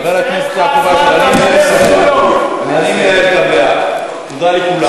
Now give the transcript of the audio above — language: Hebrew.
חבר הכנסת לוי, אני מנהל את המליאה, תודה לכולם.